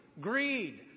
greed